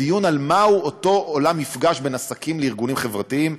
דיון על מהו אותו עולם מפגש בין עסקים לארגונים חברתיים,